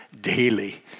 daily